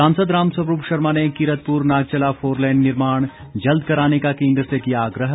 सांसद राम स्वरूप शर्मा ने कीरतपुर नागचला फोरलेन निर्माण जल्द कराने का केन्द्र से किया आग्रह